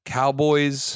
Cowboys